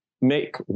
make